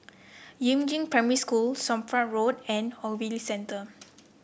Yumin Primary School Somapah Road and Ogilvy Center